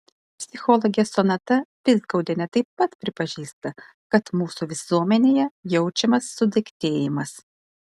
psichologė sonata vizgaudienė taip pat pripažįsta kad mūsų visuomenėje jaučiamas sudaiktėjimas